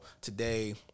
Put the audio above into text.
today